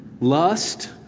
lust